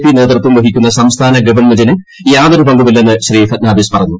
P നേതൃത്വം വഹിക്കുന്ന സംസ്ഥാന ഗവൺമെന്റിന് യാതൊരു പങ്കുമില്ലെന്ന് ശ്രീ ഫഡ്നാവിസ് പറഞ്ഞു